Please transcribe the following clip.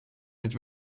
mit